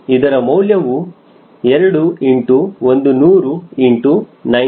ಇದರ ಮೌಲ್ಯವು 2 ಇಂಟು ಒಂದು ನೂರು ಇಂಟು 9